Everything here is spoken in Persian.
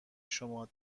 شما